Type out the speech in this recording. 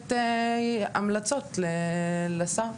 לתת המלצות לשר.